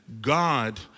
God